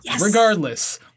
Regardless